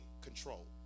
control